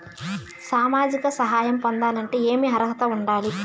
సామాజిక సహాయం పొందాలంటే ఏమి అర్హత ఉండాలి?